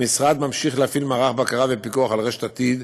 המשרד ממשיך להפעיל מערך בקרה ופיקוח על רשת עתיד,